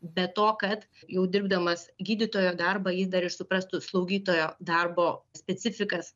be to kad jau dirbdamas gydytojo darbą jį dar ir suprastų slaugytojo darbo specifikas